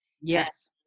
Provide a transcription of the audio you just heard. yes